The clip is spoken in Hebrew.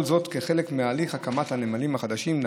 כל זאת כחלק מהליך הקמת הנמלים החדשים,